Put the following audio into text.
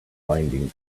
binding